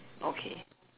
okay